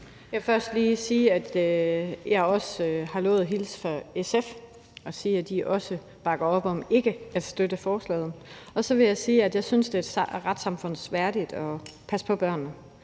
Jeg vil først lige sige, at jeg har lovet at hilse fra SF og sige, at de også bakker op om ikke at støtte forslaget. Så vil jeg sige, at jeg synes, det er et retssamfund værdigt at passe på børnene.